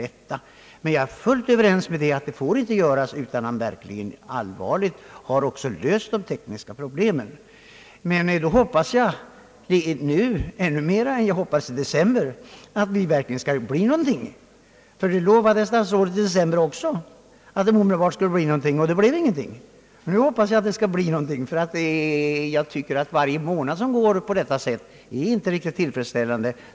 Jag är alltså fullt överens med statsrådet om att tillstånd ej bör ges utan att man verkligen har allvarligt helt löst de tekniska problemen. Jag hoppas dock ännu mera än jag hoppades i december, att det verkligen nu skall bli ett resultat. även i december lovade nämligen statsrådet att någonting snart skulle ske, men ännu har ingenting skett. Månad efter månad går utan att någonting blir gjort, vilket inte är tillfredsställande.